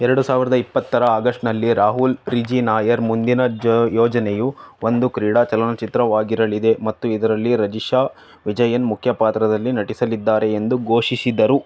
ಎರಡು ಸಾವಿರ್ದ ಇಪ್ಪತ್ತರ ಆಗಶ್ಟ್ನಲ್ಲಿ ರಾಹುಲ್ ರೀಜಿ ನಾಯರ್ ಮುಂದಿನ ಜ ಯೋಜನೆಯು ಒಂದು ಕ್ರೀಡಾ ಚಲನಚಿತ್ರವಾಗಿರಲಿದೆ ಮತ್ತು ಇದರಲ್ಲಿ ರಜಿಶಾ ವಿಜಯನ್ ಮುಖ್ಯ ಪಾತ್ರದಲ್ಲಿ ನಟಿಸಲಿದ್ದಾರೆ ಎಂದು ಘೋಷಿಸಿದರು